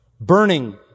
burning